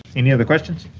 any other questions?